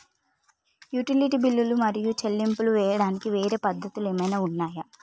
Utility బిల్లులు మరియు చెల్లింపులు చేయడానికి వేరే పద్ధతులు ఏమైనా ఉన్నాయా?